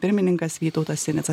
pirmininkas vytautas sinica